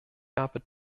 habe